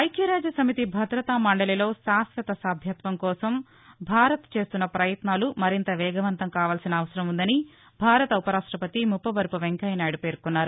ఐక్యరాజ్యసమితి భద్రతా మండలిలో శాశ్వత సభ్యత్వం కోసం భారత్ చేస్తున్న పయత్నాలు మరింత వేగవంతం కావాల్సిన అవసరం ఉందని భారత ఉపరాష్టపతి ముప్పవరపు వెంకయ్యనాయుడు పేర్కొన్నారు